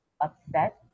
upset